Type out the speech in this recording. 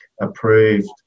approved